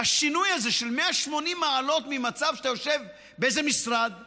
והשינוי הזה של 180 מעלות ממצב שאתה יושב באיזה משרד ממוזג,